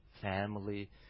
family